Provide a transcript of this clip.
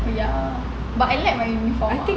I think